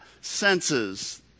senses